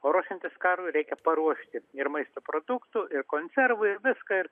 o ruošiantis karui reikia paruošti ir maisto produktų ir konservų ir viską ir